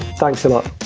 thanks a lot